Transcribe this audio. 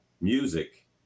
music